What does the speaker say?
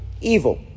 evil